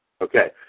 Okay